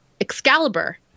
Excalibur